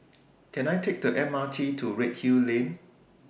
Can I Take The M R T to Redhill Lane